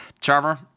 Charmer